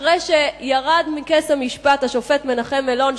אחרי שירד מכס המשפט השופט מנחם אלון,